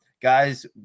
Guys